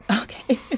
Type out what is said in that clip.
Okay